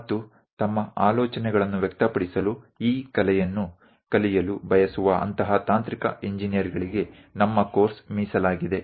ಮತ್ತು ತಮ್ಮ ಆಲೋಚನೆಗಳನ್ನು ವ್ಯಕ್ತಪಡಿಸಲು ಈ ಕಲೆಯನ್ನು ಕಲಿಯಲು ಬಯಸುವ ಅಂತಹ ತಾಂತ್ರಿಕ ಇಂಜಿನೀರ್ಗಳಿಗೆ ನಮ್ಮ ಕೋರ್ಸ್ ಮೀಸಲಾಗಿದೆ